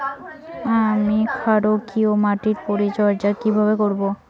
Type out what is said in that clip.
আমি ক্ষারকীয় মাটির পরিচর্যা কিভাবে করব?